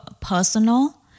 personal